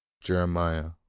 Jeremiah